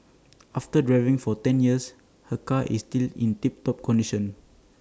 after driving for ten years her car is still in tip top condition